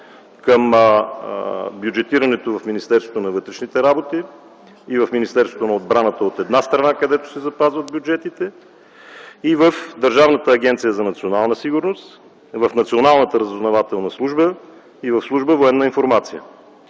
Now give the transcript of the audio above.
към бюджетирането в Министерството на вътрешните работи и в Министерството на отбраната, от една страна, където се запазват бюджетите, и в Държавната агенция за национална сигурност, в Националната разузнавателна служба и в Служба „Военна информация”.